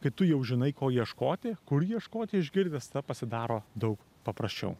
kai tu jau žinai ko ieškoti kur ieškoti išgirdęs tada pasidaro daug paprasčiau